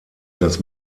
das